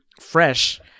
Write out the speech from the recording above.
fresh